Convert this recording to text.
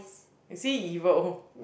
you see evil